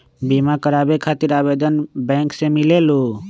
बिमा कराबे खातीर आवेदन बैंक से मिलेलु?